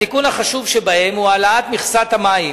התיקון החשוב שבהם הוא העלאת מכסת המים